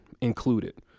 included